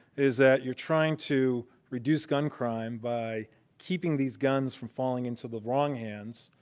is that you're trying to reduce gun crime by keeping these guns from falling into the wrong hands,